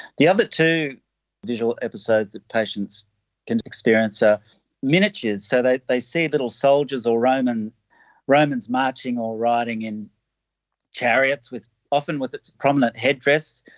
the other two visual episodes that patients can experience are miniatures, so they they see little soldiers or romans romans marching or riding in chariots, often with prominent headdress,